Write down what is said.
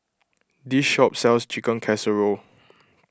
this shop sells Chicken Casserole